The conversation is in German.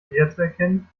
wiederzuerkennen